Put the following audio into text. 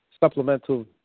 Supplemental